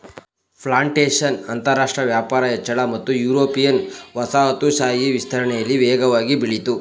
plantation ಅಂತರಾಷ್ಟ್ರ ವ್ಯಾಪಾರ ಹೆಚ್ಚಳ ಮತ್ತು ಯುರೋಪಿಯನ್ ವಸಾಹತುಶಾಹಿ ವಿಸ್ತರಣೆಲಿ ವೇಗವಾಗಿ ಬೆಳಿತು